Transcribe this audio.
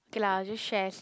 okay lah I'll just shares